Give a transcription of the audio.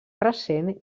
recent